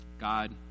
God